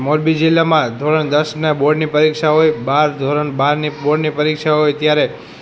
મોરબી જિલ્લામાં ધોરણ દસનાં બોર્ડની પરીક્ષા હોય બાર ધોરણ બારની બોર્ડની પરીક્ષા હોય ત્યારે